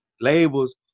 Labels